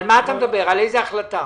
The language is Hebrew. על ההחלטה